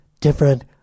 different